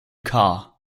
car